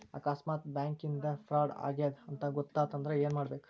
ಆಕಸ್ಮಾತ್ ಬ್ಯಾಂಕಿಂದಾ ಫ್ರಾಡ್ ಆಗೇದ್ ಅಂತ್ ಗೊತಾತಂದ್ರ ಏನ್ಮಾಡ್ಬೇಕು?